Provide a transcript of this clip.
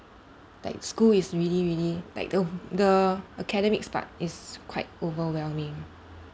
like school is really really like th~ the academics part is quite overwhelming